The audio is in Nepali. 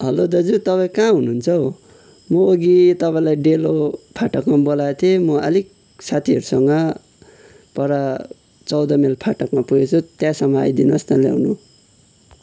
हेलो दाजु तपाईँ कहाँ हुनुहुन्छ हौ म अघि तपाईँलाई डेलो फाटकमा बोलाएको थिएँ म अलिक साथीहरूसँग पर चौध माइल फाटकमा पुगेको छु त्यहाँसम्म आइदिनुहोस् न ल्याउनु